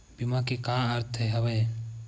बीमा के का अर्थ हवय?